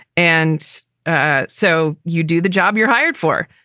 and ah so you do the job you're hired for.